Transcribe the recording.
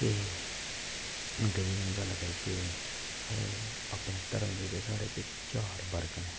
ते गल्ल करदे साढ़े अपने गै धर्म साढ़े च चार वर्ग न